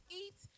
eat